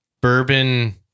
bourbon